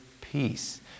peace